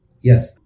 Yes